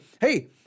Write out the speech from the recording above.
hey